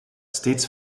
steeds